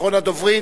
אחרון הדוברים.